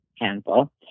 handful